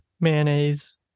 mayonnaise